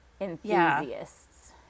enthusiasts